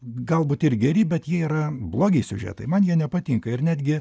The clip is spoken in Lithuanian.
galbūt ir geri bet jie yra blogi siužetai man jie nepatinka ir netgi